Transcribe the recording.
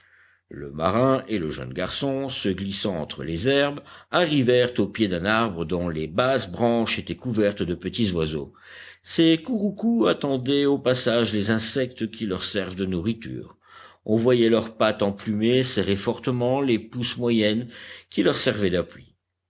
le marin et le jeune garçon se glissant entre les herbes arrivèrent au pied d'un arbre dont les basses branches étaient couvertes de petits oiseaux ces couroucous attendaient au passage les insectes qui leur servent de nourriture on voyait leurs pattes emplumées serrer fortement les pousses moyennes qui leur servaient d'appui